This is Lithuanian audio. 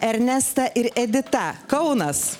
ernesta ir edita kaunas